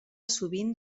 sovint